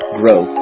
grow